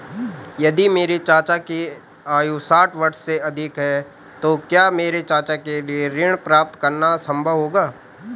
यदि मेरे चाचा की आयु साठ वर्ष से अधिक है तो क्या मेरे चाचा के लिए ऋण प्राप्त करना संभव होगा?